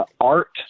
art